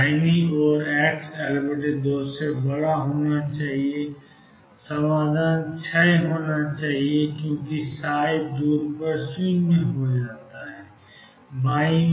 दाहिनी ओर x L2 से बड़ा है समाधान क्षय होना चाहिए क्योंकि दूर पर 0 हो जाएं